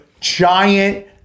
giant